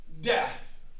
death